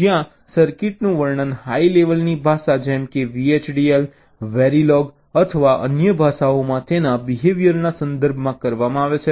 જ્યાં સર્કિટનું વર્ણન હાઈ લેવલની ભાષા જેમ કે VHDL વેરિલોગ અથવા અન્ય ભાષાઓમાં તેના બિહેવીઅરના સંદર્ભમાં કરવામાં આવે છે